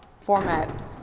format